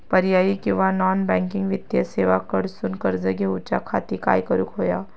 पर्यायी किंवा non banking वित्तीय सेवा कडसून कर्ज घेऊच्या खाती काय करुक होया?